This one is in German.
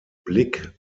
blick